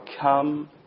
come